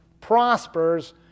prospers